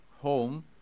home